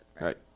Right